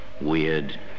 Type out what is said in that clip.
Weird